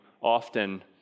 often